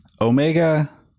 Omega